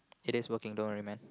it is working don't worry man